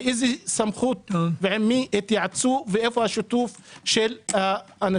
מאיזו סמכות ועם מי התייעצו ואיפה שיתוף האנשים?